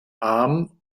arm